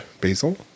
Basil